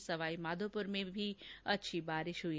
सिरोही सवाईमाधोपुर में भी अच्छी बारिश हुई